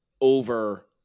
over